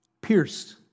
Pierced